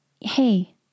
hey